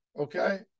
okay